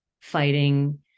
fighting